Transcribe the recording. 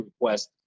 request